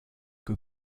que